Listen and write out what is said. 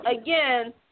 again